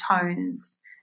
tones